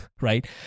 right